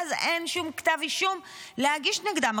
ואז אין שום כתב אישום להגיש נגדם?